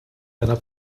einer